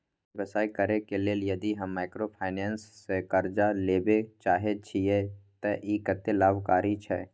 व्यवसाय करे के लेल यदि हम माइक्रोफाइनेंस स कर्ज लेबे चाहे छिये त इ कत्ते लाभकारी छै?